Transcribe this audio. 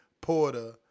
Porter